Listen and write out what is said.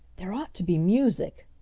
there ought to be music,